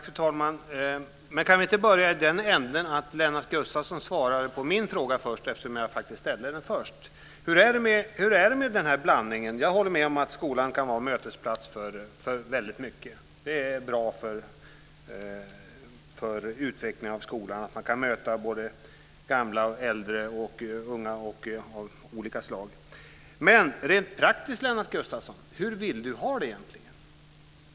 Fru talman! Kan vi inte börja med att Lennart Gustavsson svarar på min fråga, eftersom jag ställde den först. Hur är det med blandningen? Jag håller med om att skolan kan vara en mötesplats för många. Det är bra för utvecklingen av skolan att man där kan möta äldre och unga av olika slag. Hur vill ni ha det egentligen rent praktiskt, Lennart Gustavsson?